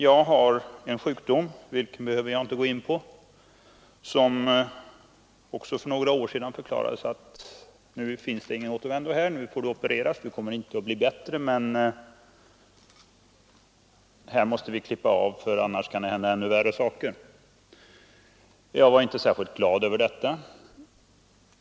Jag har en sjukdom — vilken behöver jag inte gå in på — och för några år sedan förklarades det för mig: Nu finns ingen återvändo. Du måste opereras. Du kommer inte att bli bättre, men vi måste klippa av här för annars kan det hända ännu värre saker. Detta var jag inte särskilt glad över.